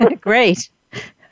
Great